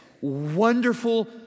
wonderful